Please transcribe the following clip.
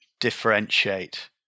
differentiate